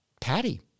Patty